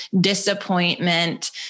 disappointment